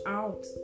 out